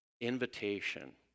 invitation